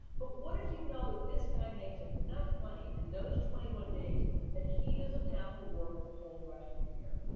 but what if you know that this guy makes enough money in those twenty one days that he doesn't have to work the whole rest of the year?